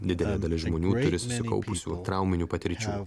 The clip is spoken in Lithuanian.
didelė dalis žmonių turi susikaupusių trauminių patirčių